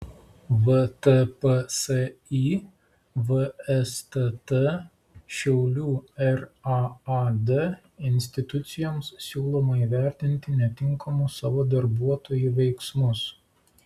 vtpsi vstt šiaulių raad institucijoms siūloma įvertinti netinkamus savo darbuotojų veiksmus